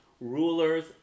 rulers